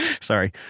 Sorry